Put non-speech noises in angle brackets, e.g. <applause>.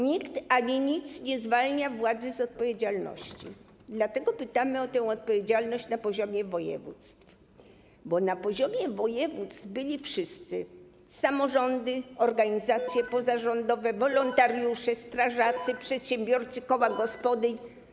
Nikt ani nic nie zwalnia władzy z odpowiedzialności, dlatego pytamy o tę odpowiedzialność na poziomie województw, bo na poziomie województw byli wszyscy: samorządy, organizacje pozarządowe, <noise> wolontariusze, strażacy, przedsiębiorcy, koła gospodyń.